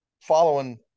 following